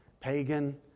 pagan